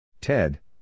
Ted